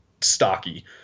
stocky